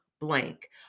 blank